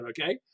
Okay